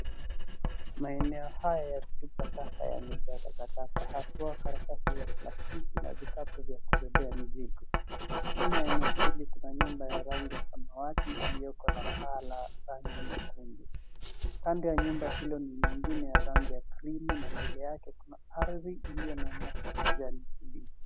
Maeneo haya ya kutupa taka yamejaa taka taka haswa karatasi za plastiki na vikapu vya kubebea mizigo. Nyuma ya eneo hili kuna nyumba ya rangi ya samawati iliyokoza na paa la rangi nyekundu. Kando ya nyumba hiyo ni nyingine ya rangi ya krimu na mbele yake kuna a ardhi iliyo na nyasi ya kijani kibichi.